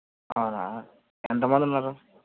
ఎంతమంది ఉన్నారు